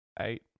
Eight